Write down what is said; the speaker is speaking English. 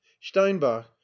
steinbach